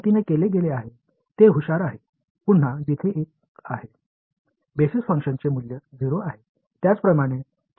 எனவே இவை கட்டப்பட்ட விதம் மீண்டும் 1 இருக்கும் இடத்தில் மிகவும் புத்திசாலித்தனமாக இருக்கிறது மற்ற அடிப்படை செயல்பாடுகளுக்கு மதிப்பு 0 உள்ளது